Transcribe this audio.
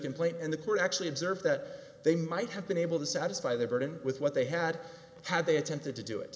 complaint and the court actually observed that they might have been able to satisfy their burden with what they had had they attempted to do it